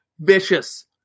vicious